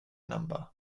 number